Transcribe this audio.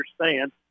understand